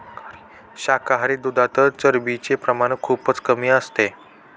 शाकाहारी दुधात चरबीचे प्रमाण खूपच कमी असते